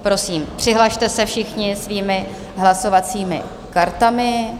Prosím, přihlaste se všichni svými hlasovacími kartami.